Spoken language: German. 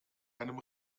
einem